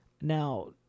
Now